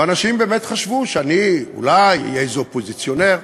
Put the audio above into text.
ואנשים באמת חשבו שאני אולי אהיה איזה אופוזיציונר.